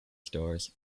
stores